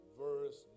verse